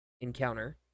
encounter